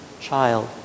child